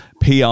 PR